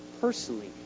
personally